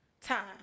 time